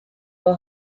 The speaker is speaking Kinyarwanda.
niho